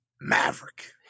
Maverick